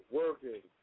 working